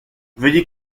veuillez